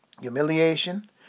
humiliation